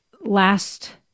last